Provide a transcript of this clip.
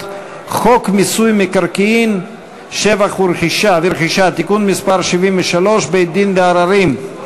חוק מיסוי מקרקעין (שבח ורכישה) (תיקון מס' 73) (בית-דין לעררים),